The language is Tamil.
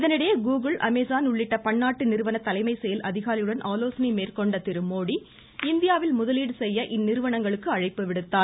இதனிடையே கூகுள் அமேசான் உள்ளிட்ட பன்னாட்டு நிறுவன தலைமைச் செயல் அதிகாரிகளுடன் ஆலோசனை மேற்கொண்ட திரு மோடி இந்தியாவில் முதலீடு செய்ய இந்நிறுவனங்களுக்கு அழைப்பு விடுத்தார்